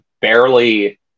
barely